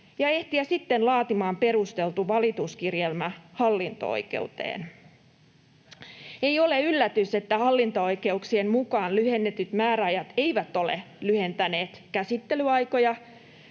ja ehtiä sitten laatimaan perusteltu valituskirjelmä hallinto-oikeuteen. Ei ole yllätys, että hallinto-oikeuksien mukaan lyhennetyt määräajat eivät ole lyhentäneet käsittelyaikoja